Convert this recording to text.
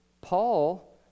Paul